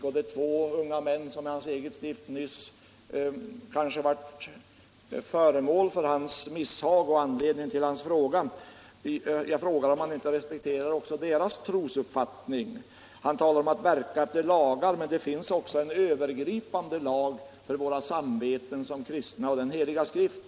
Det är väl två unga män i hans eget stift som har varit föremål för hans misshag och anledning till hans interpellation — respekterar inte herr Petersson också deras trosuppfattning? Han talar om att verka efter lagar, men det finns också en övergripande lag för våra samveten som kristna, och det är den Heliga skrift.